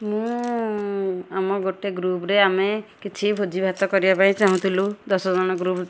ମୁଁ ଆମ ଗୋଟେ ଗ୍ରୁପ୍ରେ ଆମେ କିଛି ଭୋଜି ଭାତ କରିବା ପାଇଁ ଚାହୁଁଥିଲୁ ଦଶ ଜଣ ଗ୍ରୁପ୍